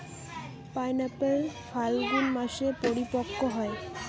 pineapple ফাল্গুন মাসে পরিপক্ব হয়